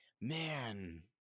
man